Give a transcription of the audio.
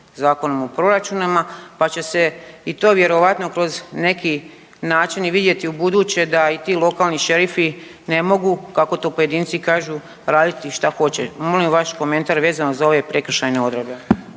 Zakonom o proračunima, pa će se i to vjerojatno kroz neki način i vidjeti ubuduće da i ti lokalni šerifi ne mogu kako to pojedinci kažu raditi šta hoće. Molim vaš komentar vezano za ove prekršajne odredbe.